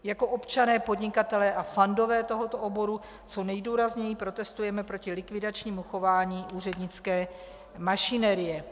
Jako občané, podnikatelé a fandové tohoto oboru co nejdůrazněji protestujeme proti likvidačnímu chování úřednické mašinérie.